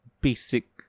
basic